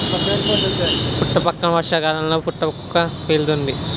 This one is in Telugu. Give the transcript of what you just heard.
పుట్టపక్కన వర్షాకాలంలో పుటకక్కు పేలుతాది